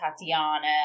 Tatiana